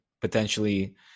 potentially